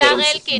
השר אלקין,